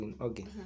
Okay